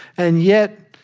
and yet,